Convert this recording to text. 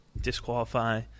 disqualify